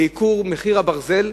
לייקור הברזל,